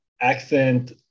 accent